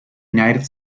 united